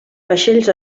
vaixells